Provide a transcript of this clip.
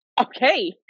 Okay